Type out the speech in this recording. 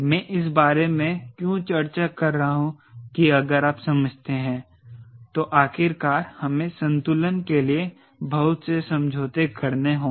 मैं इस बारे में क्यों चर्चा कर रहा हूं कि अगर आप समझते हैं तो आखिरकार हमें संतुलन के लिए बहुत से समझौते करने होंगे